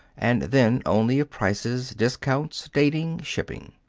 and then only of prices, discounts, dating, shipping.